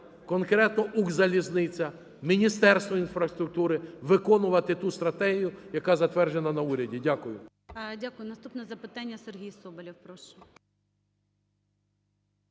конкретно "Укрзалізниця", Міністерство інфраструктури – виконувати ту стратегію, яка затверджена на уряді. Дякую.